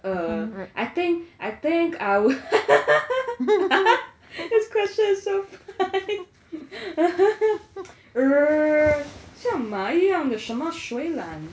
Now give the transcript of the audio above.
err I think I think I woul~ this question is so funny err 像马一样的什么水獭